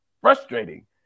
frustrating